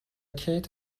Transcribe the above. کیت